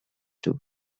tour